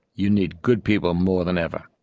you need good people more than ever.